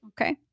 Okay